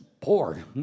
poor